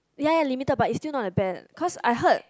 ya ya limited but it's still not that bad cause I heard